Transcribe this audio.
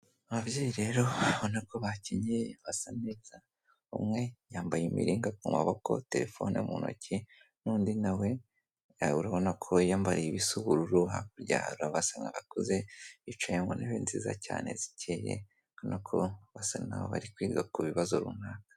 Ababyeyi rero abona ko bakenyeye basa neza, umwe yambaye imiringa ku maboko, telefone mu ntoki, n'undi nawe urabona ko yiyambariye ibisa ubururu, hakurya hari abasa n'abakuze ybcaye mu ntebe nziza cyane zikeye nuko basa naho bari kwiga ku bibazo runaka.